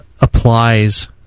applies